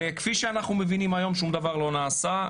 וכפי שאנחנו מבינים היום שום דבר לא נעשה,